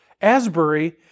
Asbury